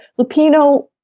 Lupino